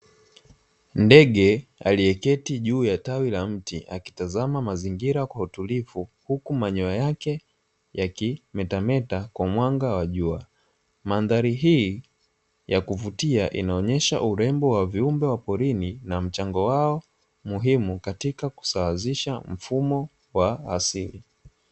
Ndege aliyeketi juu ya tawi la mti akitazama mazingira kwa utulivu huku manyoya yake yakimetameta kwa mwanga wa jua. Mandhari hii ya kuvutia inaonyesha urembo wa viumbe wa porini na mchango wao muhimu katika kusawazisha mfumo wa asili.